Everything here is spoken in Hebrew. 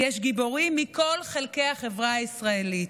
יש גיבורים מכל חלקי החברה הישראלית,